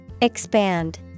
Expand